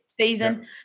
season